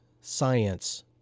science